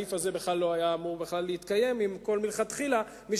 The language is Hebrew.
הסעיף הזה בכלל לא היה אמור להתקיים אם מלכתחילה מי